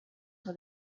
sur